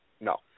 No